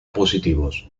positivos